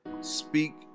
speak